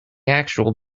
actual